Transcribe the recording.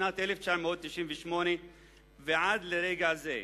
משנת 1998 ועד לרגע זה.